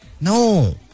No